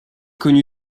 connu